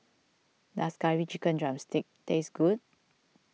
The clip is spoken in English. does Curry Chicken Drumstick taste good